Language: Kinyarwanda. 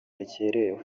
yakerewe